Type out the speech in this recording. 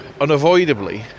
unavoidably